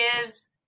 gives